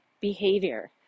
behavior